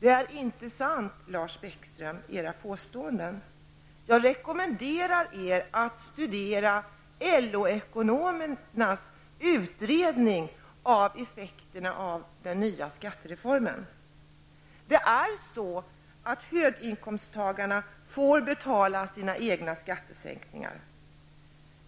Det finns ingen sanning bakom era påståenden, Lars Bäckström! Jag rekommenderar er att studera LO ekonomernas utredning av effekterna av den nya skattereformen. Höginkomsttagarna får faktiskt betala sina egna skattesänkningar.